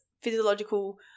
physiological